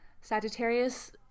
sagittarius